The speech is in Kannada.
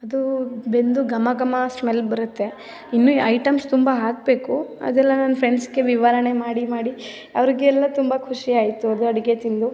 ಅದು ಬೆಂದು ಘಮ ಘಮ ಸ್ಮೆಲ್ ಬರುತ್ತೆ ಇನ್ನು ಐಟಮ್ಸ್ ತುಂಬ ಹಾಕಬೇಕು ಅದೆಲ್ಲ ನನ್ನ ಫ್ರೆಂಡ್ಸಿಗೆ ವಿವರಣೆ ಮಾಡಿ ಮಾಡಿ ಅವ್ರಿಗೆಲ್ಲ ತುಂಬ ಖುಷಿಯಾಯಿತು ಅದು ಅಡಿಗೆ ತಿಂದು